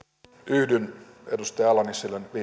yhdyn edustaja ala nissilän